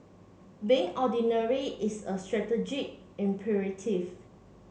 being ordinary is a strategic imperative